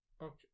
Okay